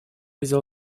взял